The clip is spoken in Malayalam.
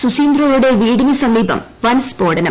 സുസിന്ദ്രോയുടെ വീടിന് സമീപം വൻ സ്ഫോടനം